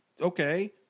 Okay